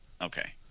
Okay